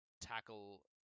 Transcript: tackle